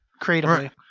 creatively